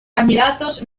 candidatos